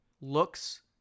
looks